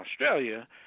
Australia